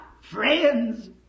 friends